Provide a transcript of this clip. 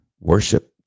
worship